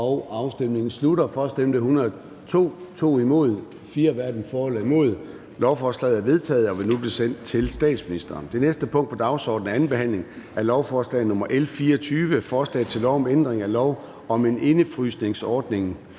en fejl)), hverken for eller imod stemte 4 (DF og NB). Lovforslaget er vedtaget og vil nu blive sendt til statsministeren. --- Det næste punkt på dagsordenen er: 8) 2. behandling af lovforslag nr. L 24: Forslag til lov om ændring af lov om en indefrysningsordning